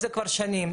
זה כבר שנים.